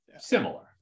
similar